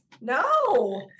No